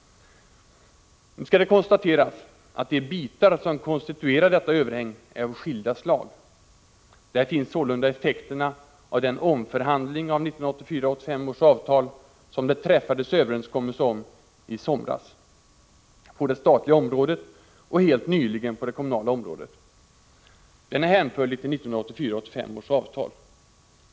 Nu skall det konstateras att de bitar som konstituerar detta överhäng är av skilda slag. Där finns sålunda effekterna av den omförhandling av 1984 85 års avtal.